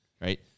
right